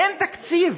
אין תקציב.